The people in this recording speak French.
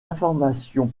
informations